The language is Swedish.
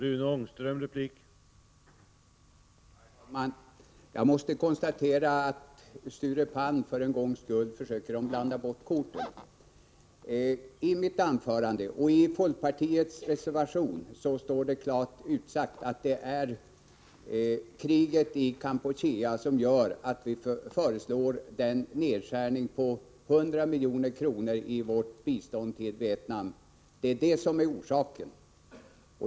Herr talman! Jag måste konstatera att Sture Palm för en gångs skull försöker blanda bort korten. Av mitt anförande och av folkpartiets reservation framgår klart att det är kriget i Kampuchea som gör att vi föreslår en nedskärning på 100 milj.kr. av vårt bistånd till Vietnam. Det är detta som är orsaken.